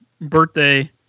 birthday